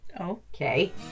Okay